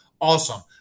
awesome